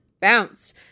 bounce